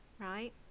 right